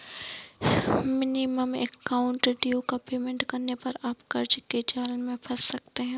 minimum amount due का payment करने पर आप कर्ज के जाल में फंस सकते हैं